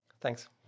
Thanks